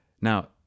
Now